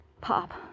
Pop